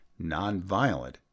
nonviolent